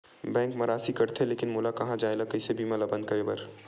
Bank मा राशि कटथे लेकिन मोला कहां जाय ला कइसे बीमा ला बंद करे बार?